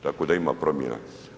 Tako da ima promjena.